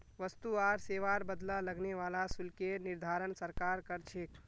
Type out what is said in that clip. वस्तु आर सेवार बदला लगने वाला शुल्केर निर्धारण सरकार कर छेक